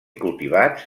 cultivats